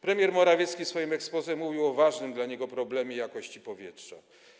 Premier Morawiecki w swoim exposé mówił o ważnym dla niego problemie jakości powietrza.